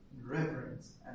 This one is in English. reverence